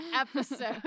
episode